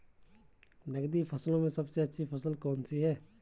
नकदी फसलों में सबसे अच्छी फसल कौन सी है?